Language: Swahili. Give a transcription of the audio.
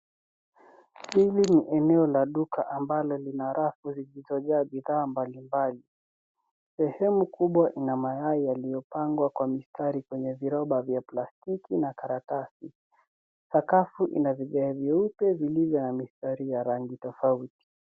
Hili ni eneo la duka ambalo lina rafu lililojaa bidhaa mbalimbali ,sehemu kubwa ina mayai yaliyopangwa kwa mistari kwenye viroba vya plastiki na karatasi, sakafu vigae vyeupe vilivyo na mistari ya rangi tofauti.